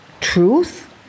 truth